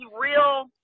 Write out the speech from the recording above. real